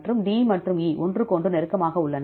எனவே D மற்றும் E ஒன்றுக்கொன்று நெருக்கமாக உள்ளன